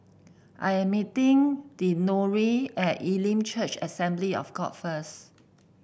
I am meeting Deondre at Elim Church Assembly of God first